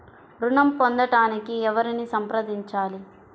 ఋణం పొందటానికి ఎవరిని సంప్రదించాలి?